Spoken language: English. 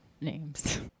names